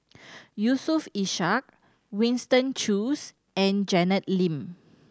Yusof Ishak Winston Choos and Janet Lim